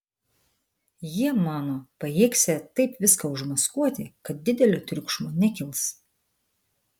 jie mano pajėgsią taip viską užmaskuoti kad didelio triukšmo nekils